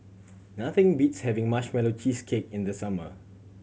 nothing beats having Marshmallow Cheesecake in the summer